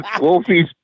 Wolfie's